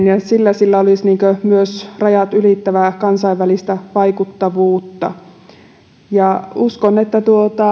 ja sillä tavalla sillä olisi myös rajat ylittävää kansainvälistä vaikuttavuutta uskon että